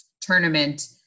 tournament